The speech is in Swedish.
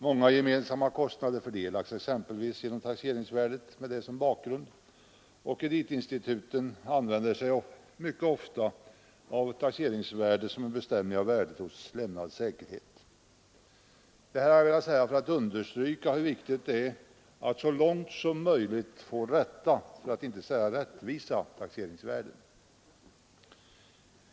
Många gemensamma kostnader fördelas exempelvis mot bakgrund av taxeringsvärdet, och kreditinstituten använder sig mycket ofta av taxeringsvärdet för att bestämma värdet hos en lämnad säkerhet. — Jag har velat säga detta för att understryka hur viktigt det är att så långt möjligt få rätta, för att inte säga rättvisa taxeringsvärden.